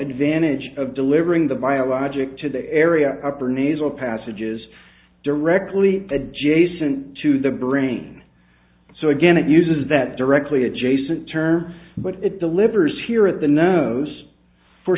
advantage of delivering the biologic to the area upper nasal passages directly adjacent to the brain so again it uses that directly adjacent term but it delivers here at the nose for